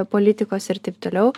politikos ir taip toliau